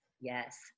Yes